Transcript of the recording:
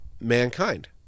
mankind